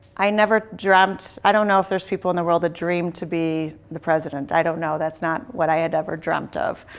i never dreamt i don't know if there's people in the world that dream to be the president. i don't know. that's not what i had ever dreamed of.